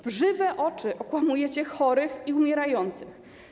W żywe oczy okłamujecie chorych i umierających.